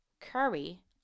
Curry